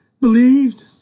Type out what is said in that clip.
believed